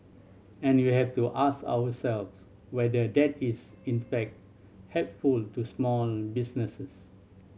and we have to ask ourselves whether the that is in fact helpful to small businesses